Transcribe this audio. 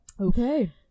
Okay